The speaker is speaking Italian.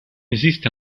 esiste